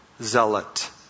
zealot